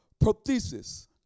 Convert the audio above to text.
Prothesis